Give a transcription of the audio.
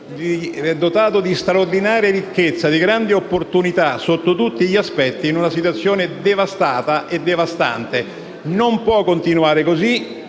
dotato di straordinaria ricchezza e di grandi opportunità sotto tutti gli aspetti, in una situazione devastata e devastante. Non può continuare così.